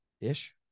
ish